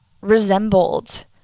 resembled